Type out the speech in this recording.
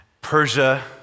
Persia